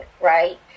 right